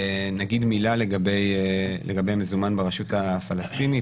נגיד מילה לגבי מזומן ברשות הפלסטינית.